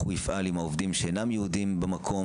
הוא יפעל עם העובדים שאינם יהודים במקום.